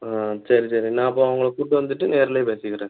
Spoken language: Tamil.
ஆ சரி சரி நான் அப்போது அவங்களை கூப்பிட்டு வந்துட்டு நேரிலயே பேசிக்கிறேன்